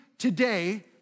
today